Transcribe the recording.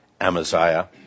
Amaziah